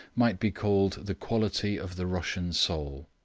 might be called the quality of the russian soul.